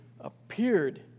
appeared